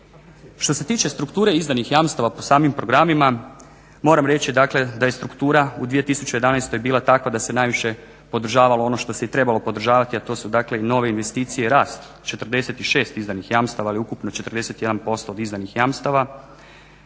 Što se tiče strukture izdanih jamstava po samim programima moram reći dakle da je struktura u 2011. bila takva da se najviše podržavalo ono što se i trebalo podržavati, a to su dakle nove investicije i rast 46 izdanih jamstava, ali ukupno 41% od izdanih jamstava,